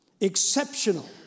exceptional